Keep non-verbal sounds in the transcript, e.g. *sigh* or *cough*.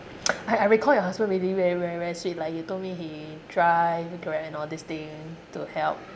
*noise* I I recall your husband really very very very sweet like you told me he drive Grab and all this thing to help